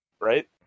Right